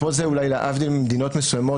ופה זה אולי להבדיל ממדינות מסוימות,